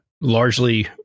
largely